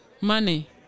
money